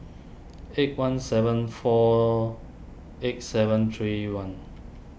eight one seven four eight seven three one